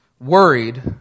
worried